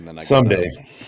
Someday